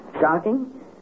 Shocking